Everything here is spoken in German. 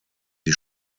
die